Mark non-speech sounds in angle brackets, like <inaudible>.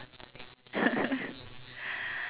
<laughs>